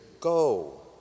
go